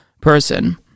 person